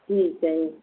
ਠੀਕ ਹੈ ਜੀ